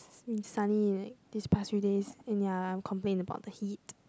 it's been sunny like this past few days and ya I'll complain about the heat